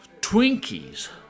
Twinkies